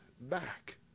back